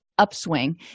upswing